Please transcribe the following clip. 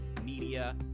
media